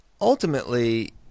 ultimately